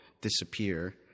disappear